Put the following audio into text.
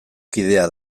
kidea